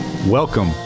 Welcome